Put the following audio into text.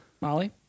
Molly